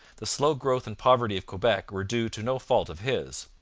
the slow growth and poverty of quebec were due to no fault of his.